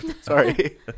Sorry